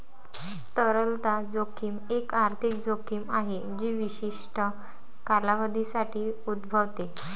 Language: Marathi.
तरलता जोखीम एक आर्थिक जोखीम आहे जी विशिष्ट कालावधीसाठी उद्भवते